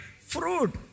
fruit